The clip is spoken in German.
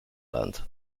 land